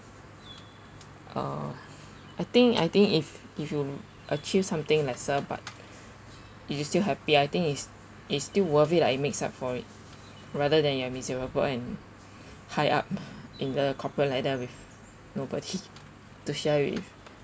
uh I think I think if if you achieve something lesser but you're just still happy I think it's it's still worth it it makes up for it rather than you're miserable and high up in the corporate ladder with nobody to share with